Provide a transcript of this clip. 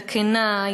הכנה,